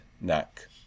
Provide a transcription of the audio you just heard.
neck